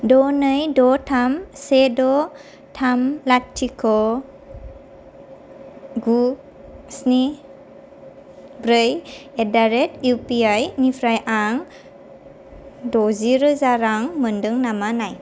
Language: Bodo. द नै द थाम से द थाम लाथिख' गु स्नि ब्रै एट दा रेट इउ पि आइ निफ्राय आं द'जिरोजा रां मोन्दों नामा नाय